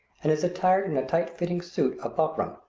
and is attired in a tight-fitting suit of buckram,